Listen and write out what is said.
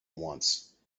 once